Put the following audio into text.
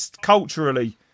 culturally